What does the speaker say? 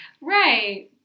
Right